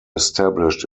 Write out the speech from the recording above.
established